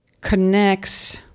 connects